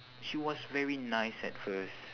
she was very nice at first